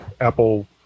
Apple